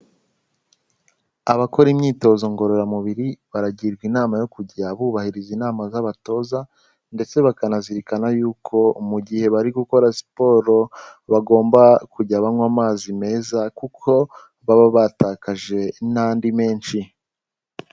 Abakora imyitozo ngororamubiri baragirwa inama yo kujya bubahiriza inama z'abatoza ndetse bakanazirikana yuko mu gihe bari gukora siporo bagomba kujya banywa amazi meza, kuko baba batakaje n'andi menshi.